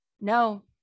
No